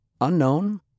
Unknown